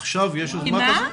עכשיו יש יוזמה כזאת?